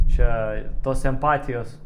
čia tos empatijos